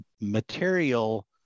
material